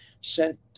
sent